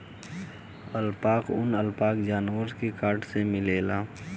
alpaca ऊन, alpaca जानवर से काट के मिलेला